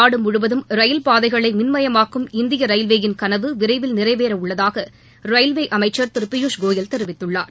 நாடு முழுவதும் ரயில்பாதைகளை மின்மயமாக்கும் இந்திய ரயில்வேயின் கனவு விரைவில் நிறைவேறவுள்ளதாக ரயில்வே அமைச்சர் திரு பியூஷ்கோயல் தெரிவித்துள்ளார்